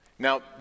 Now